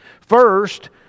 First